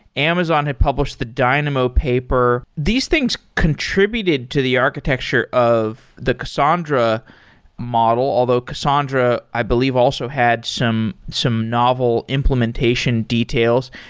amazon had published the dynamo paper. these things contributed to the architecture of the cassandra model. although cassandra, i believe also had some some novel implementation details.